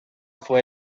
fue